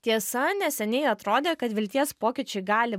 tiesa neseniai atrodė kad vilties pokyčiui gali